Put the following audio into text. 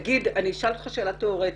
אני אשאל אותך שאלה תיאורטית.